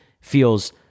feels